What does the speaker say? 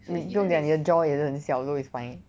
你不用紧 ah 你的 jaw 也是很小 so it's fine